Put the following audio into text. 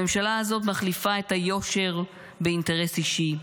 הממשלה הזאת מחליפה את היושר באינטרס אישי,